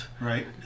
Right